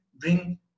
bring